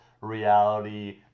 reality